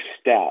step